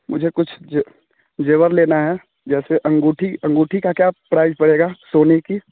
मुझे कुछ ज ज़ेवर लेना है जैसे अंगूठी अंगूठी का क्या प्राइस पड़ेगा सोने की